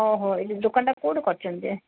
ଓହୋ ଏଠି ଦୋକାନଟା କୋଉଠି କରିଛନ୍ତି ଯେ